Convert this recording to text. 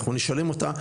אנחנו נשאלים אותה,